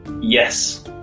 yes